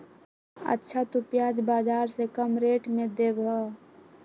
अच्छा तु प्याज बाजार से कम रेट में देबअ?